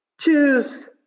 Choose